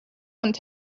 want